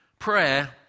Prayer